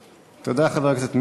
תודה, אדוני היושב-ראש.